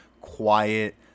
quiet